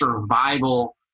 survival